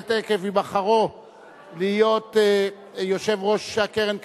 עקב היבחרו להיות יושב-ראש הקרן הקיימת,